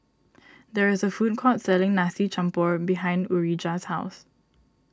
there is a food court selling Nasi Campur behind Urijah's house